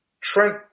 Trent